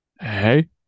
hey